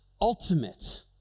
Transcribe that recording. ultimate